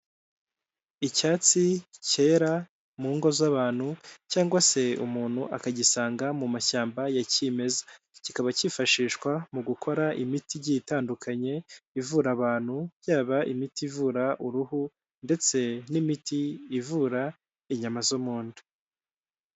Icyatsi cyera mu ngo z'abantu cyangwa se umuntu akagisanga mu mashyamba ya kimeza kikaba cyifashishwa mu gukora imiti igi itandukanye ivura abantu yaba imiti ivura uruhu ndetse n'imiti ivura inyama zo mu nda.